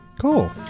Cool